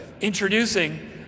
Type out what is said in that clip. introducing